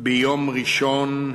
ביום ראשון,